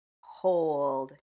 hold